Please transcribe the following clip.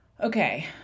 Okay